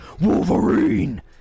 Wolverine